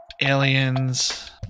aliens